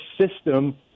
system